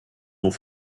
nur